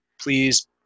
please